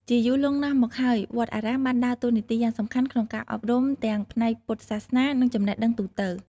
ជាយូរលង់ណាស់មកហើយ វត្តអារាមបានដើរតួនាទីយ៉ាងសំខាន់ក្នុងការអប់រំទាំងផ្នែកពុទ្ធសាសនា និងចំណេះដឹងទូទៅ។